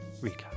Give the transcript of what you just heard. recap